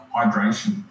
hydration